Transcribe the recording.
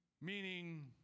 meaning